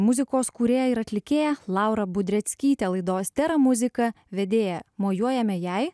muzikos kūrėją ir atlikėją laurą budreckytę laidos tera muzika vedėją mojuojame jai